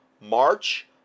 March